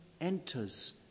enters